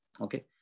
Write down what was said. Okay